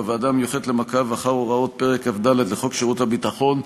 בוועדה המיוחדת למעקב אחר הוראות פרק כ"ד לחוק שירות הביטחון ,